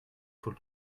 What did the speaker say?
faut